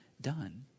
done